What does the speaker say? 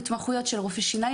התמחויות של רופאי שינים,